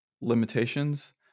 limitations